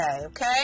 okay